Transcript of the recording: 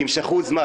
למשוך זמן,